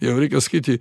jau reikia sakyti